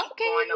Okay